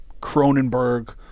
Cronenberg